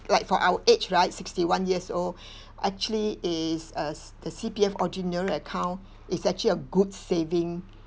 like for our age right sixty-one years old actually is uh the C_P_F ordinary account is actually a good saving